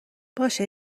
باشه